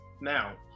now